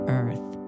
earth